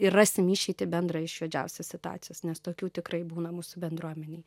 ir rasim išeitį bendrą iš juodžiausios situacijos nes tokių tikrai būna mūsų bendruomenėj